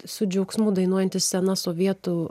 su džiaugsmu dainuojantys senas sovietų